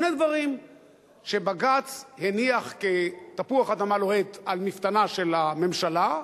שני דברים שבג"ץ הניח כתפוח אדמה לוהט על מפתנה של הממשלה,